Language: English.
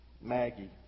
Maggie